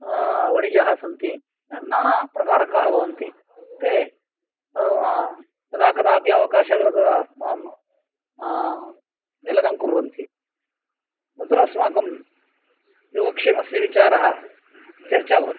वणिजः सन्ति नानाप्रकारकाः भवन्ति ते यदा कदापि अवकाशं कृत्वा मां मेलनं कुर्वन्ति तत्र अस्माकं योगक्षेमस्य विचाराः चर्चा भवति